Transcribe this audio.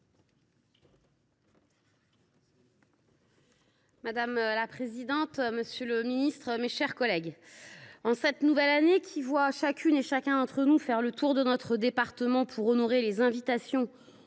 Madame la présidente, monsieur le ministre, mes chers collègues, en cette nouvelle année, qui voit chacune et chacun d’entre nous sillonner son département pour honorer les invitations